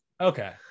okay